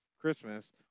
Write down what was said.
Christmas